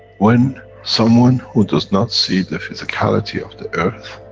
when someone who does not see the physicality of the earth,